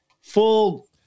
full